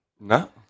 No